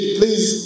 please